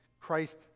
Christ